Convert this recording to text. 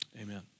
Amen